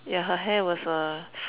yeah her hair was err